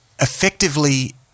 effectively